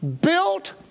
built